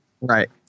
Right